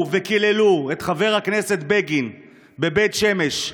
וקיללו את חבר הכנסת בגין בבית שמש: